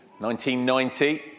1990